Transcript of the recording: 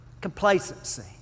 Complacency